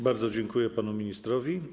Bardzo dziękuję panu ministrowi.